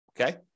Okay